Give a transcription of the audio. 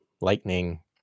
lightning